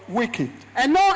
wicked